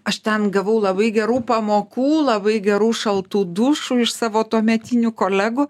aš ten gavau labai gerų pamokų labai gerų šaltų dušų iš savo tuometinių kolegų